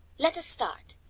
let us start.